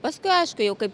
paskui aišku jau kaip